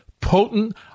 potent